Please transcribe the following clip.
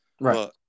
Right